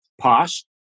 posh